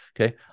Okay